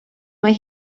mae